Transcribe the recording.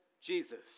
Jesus